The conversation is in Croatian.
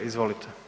Izvolite.